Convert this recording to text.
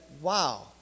wow